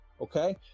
okay